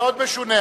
מאוד משונה,